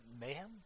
Mayhem